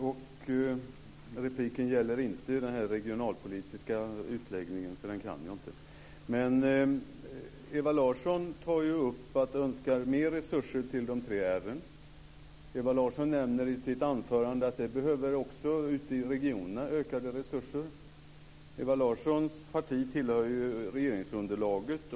Fru talman! Repliken gäller inte den regionalpolitiska utläggningen; den kan jag inte. Ewa Larsson tar upp att hon önskar mer resurser till de tre R:n. Ewa Larsson nämner i sitt anförande att man också behöver ökade resurser ute i regionerna. Ewa Larssons parti tillhör ju regeringsunderlaget.